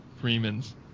Freeman's